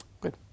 Good